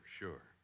sure